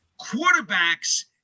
Quarterbacks